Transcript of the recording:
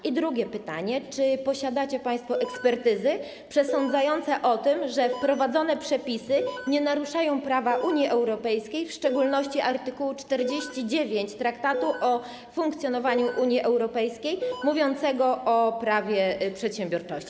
I drugie pytanie: Czy posiadacie państwo ekspertyzy przesądzające o tym, że wprowadzone przepisy nie naruszają prawa Unii Europejskiej, w szczególności art. 49 Traktatu o funkcjonowaniu Unii Europejskiej mówiącego o prawie do przedsiębiorczości?